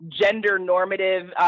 gender-normative